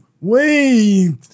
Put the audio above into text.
wait